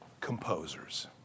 Composers